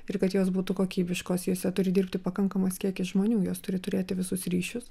ir kad jos būtų kokybiškos jose turi dirbti pakankamas kiekis žmonių jos turi turėti visus ryšius